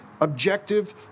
objective